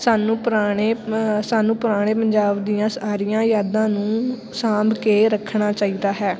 ਸਾਨੂੰ ਪੁਰਾਣੇ ਸਾਨੂੰ ਪੁਰਾਣੇ ਪੰਜਾਬ ਦੀਆਂ ਸਾਰੀਆਂ ਯਾਦਾਂ ਨੂੰ ਸਾਂਭ ਕੇ ਰੱਖਣਾ ਚਾਹੀਦਾ ਹੈ